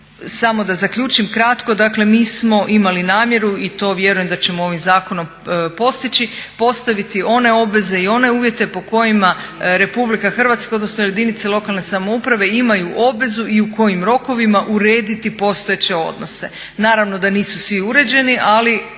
Samo da zaključim kratko. Dakle, mi smo imali namjeru i to vjerujem da ćemo ovim zakonom postići postaviti one obveze i one uvjete po kojima RH odnosno jedinice lokalne samouprave imaju obvezu i u kojim rokovima urediti postojeće odnose. Naravno da nisu svi uređeni, ali